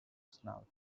snout